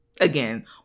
Again